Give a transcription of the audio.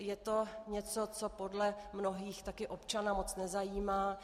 Je to něco, co podle mnohých také občana moc nezajímá.